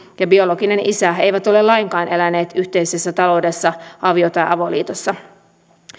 ja biologinen isä eivät ole lainkaan eläneet yhteisessä taloudessa avio tai avoliitossa